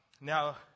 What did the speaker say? Now